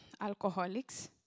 alcoholics